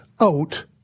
out